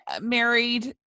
married